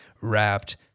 wrapped